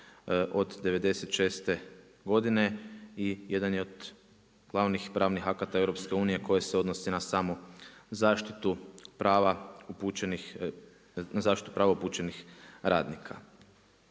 od '96. godine i jedan je od glavnih pravnih akata EU koje se odnosi na samu zaštitu prava upućenih radnika.